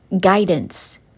guidance